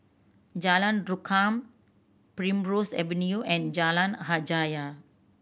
Jalan Rukam Primrose Avenue and Jalan Hajijah